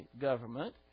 government